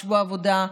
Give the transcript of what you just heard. שבוע העבודה.